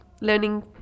learning